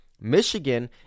Michigan